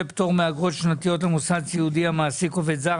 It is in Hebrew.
פטור מאגרות שנתיות למוסד סעודי המעסיק עובד זר.